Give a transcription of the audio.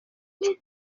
ati